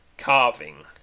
Carving